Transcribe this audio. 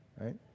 right